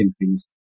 increase